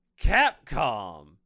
Capcom